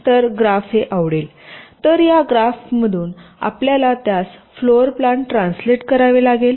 तर ग्राफ हे आवडेल तर या ग्राफतून आपल्याला त्यास फ्लोर प्लान ट्रान्सलेट करावे लागेल